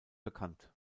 bekannt